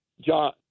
John